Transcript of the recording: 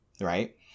right